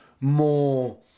more